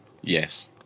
Yes